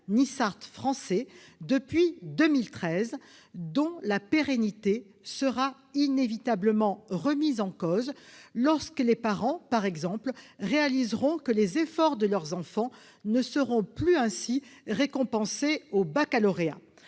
nissart-français depuis 2013, dont la pérennité sera inévitablement remise en cause lorsque les parents réaliseront que les efforts de leurs enfants ne seront plus récompensés au baccalauréat.